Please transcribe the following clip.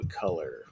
Color